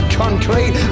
concrete